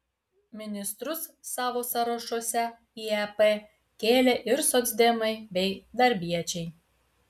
ministrus savo sąrašuose į ep kėlė ir socdemai bei darbiečiai